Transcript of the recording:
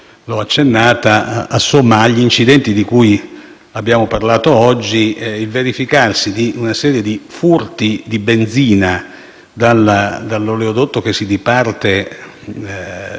nell'interrogazione - agli incidenti di cui abbiamo parlato oggi e al verificarsi di una serie di furti di benzina dall'oleodotto che diparte